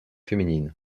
féminine